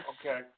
Okay